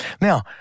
Now